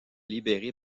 libérée